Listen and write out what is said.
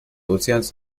ozeans